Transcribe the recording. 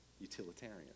utilitarian